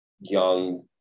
young